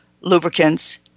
lubricants